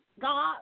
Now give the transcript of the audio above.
God